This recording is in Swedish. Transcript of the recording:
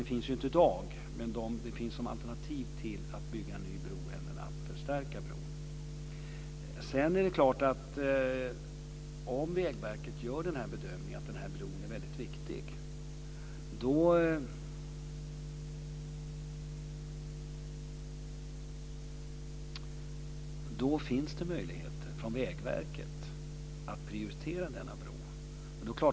De finns inte i dag, men de finns som alternativ till att förstärka bron eller göra en ny bro. Det är vidare klart att om Vägverket gör den bedömningen att den här bron är väldigt viktig, finns det möjligheter för Vägverket att prioritera den.